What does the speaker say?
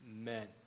Amen